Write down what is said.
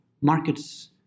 markets